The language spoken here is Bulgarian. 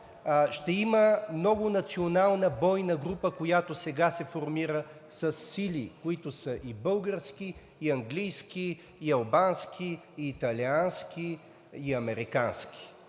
ще има многонационална бойна група, която сега се формира, със сили, които са и български, и английски, и албански, и италиански, и американски.